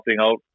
out